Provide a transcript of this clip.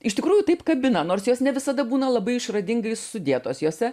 iš tikrųjų taip kabina nors jos ne visada būna labai išradingai sudėtos jose